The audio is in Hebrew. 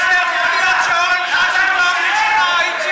איך יכול להיות שאורן חזן הוא פעם ראשונה?